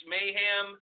Mayhem